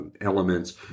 elements